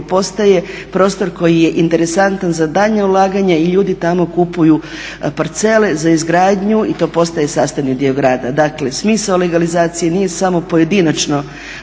potaje prostor koji je interesantan za daljnja ulaganja i ljudi tamo kupuju parcele za izgradnju i to postaje sastavni dio grada. Dakle smisao legalizacije nije samo pojedinačno